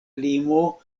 limo